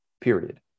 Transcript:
period